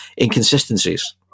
inconsistencies